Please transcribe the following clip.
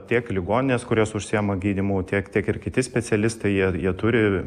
tiek ligoninės kurios užsiima gydymu tiek tiek ir kiti specialistai jie jie turi